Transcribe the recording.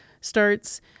starts